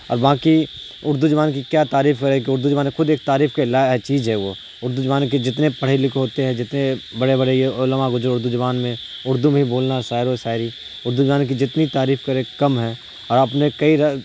اور باقی اردو زبان کی کیا تعریف کریں کہ اردو زبان خود ایک تعریف کے لائق چیز ہے وہ اردو زبان کی جتنے پڑھے لکھے ہوتے ہیں جتنے بڑے بڑے یہ علماء گزرے ہیں یہ اردو زبان میں اردو میں ہی بولنا شعر و شاعری اردو زبان کی جتنی تعریف کریں کم ہے اور اپنے کئی